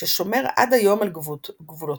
ששומר עד היום על גבולותיו